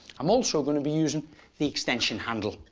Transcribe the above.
i'm also going to be using the extension handle.